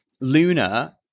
Luna